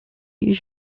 use